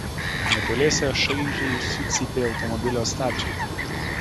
netoliese šaižiai sucypė automobilio stabdžiai